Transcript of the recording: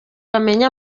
bamenye